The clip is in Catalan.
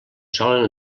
solen